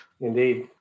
Indeed